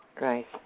Right